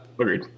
agreed